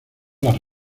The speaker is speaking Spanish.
las